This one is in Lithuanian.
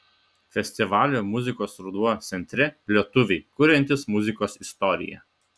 festivalio muzikos ruduo centre lietuviai kuriantys muzikos istoriją